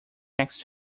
next